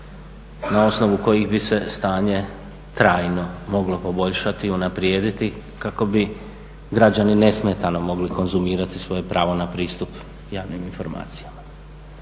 na osnovu kojih bi se stanje trajno moglo poboljšati i unaprijediti kako bi građani nesmetano mogli konzumirati svoje pravo na pristup javnim informacijama.